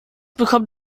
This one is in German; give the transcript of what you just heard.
bekommen